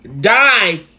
Die